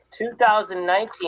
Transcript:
2019